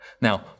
Now